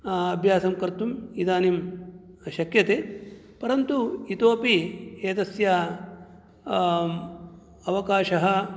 अभ्यासं कर्तुम् इदानीं शक्यते परन्तु इतोपि एतस्य अवकाशः